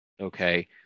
Okay